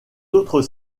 autres